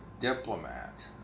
diplomat